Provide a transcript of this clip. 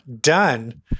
Done